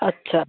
अच्छा